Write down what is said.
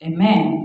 Amen